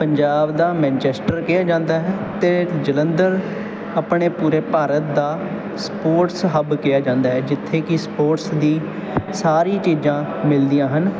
ਪੰਜਾਬ ਦਾ ਮੈਨਚੈਸਟਰ ਕਿਹਾ ਜਾਂਦਾ ਹੈ ਅਤੇ ਜਲੰਧਰ ਆਪਣੇ ਪੂਰੇ ਭਾਰਤ ਦਾ ਸਪੋਰਟਸ ਹਬ ਕਿਹਾ ਜਾਂਦਾ ਹੈ ਜਿੱਥੇ ਕਿ ਸਪੋਰਟਸ ਦੀ ਸਾਰੀ ਚੀਜ਼ਾਂ ਮਿਲਦੀਆਂ ਹਨ